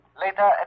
Later